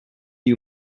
you